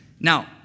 Now